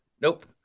Nope